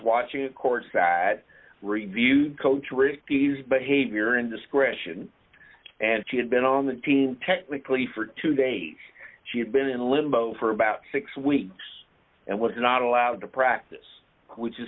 watching of course that reviewed coach received behavior and discretion and she had been on the team technically for two days she had been in limbo for about six weeks and was not allowed to practice which is